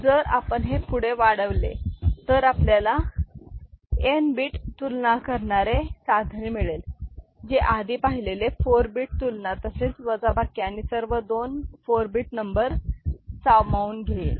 जर आपण हे पुढे वाढवले तर आपल्याला n बीट तुलना करणारे साधन मिळेल जे आधी पाहिलेले 4 bit तुलना तसेच वजाबाकी आणि सर्व दोन 4 bit नंबर सामावून घेईल